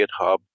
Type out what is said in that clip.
GitHub